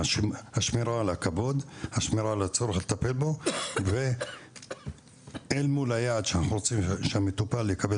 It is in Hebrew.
השמירה על הכבוד ועל הצורך לטפל בו אל מול היעד שהמטופל יקבל